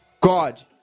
God